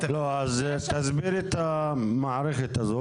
תסבירי את המערכת הזאת.